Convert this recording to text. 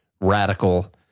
radical